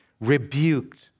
rebuked